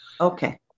Okay